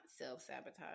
self-sabotage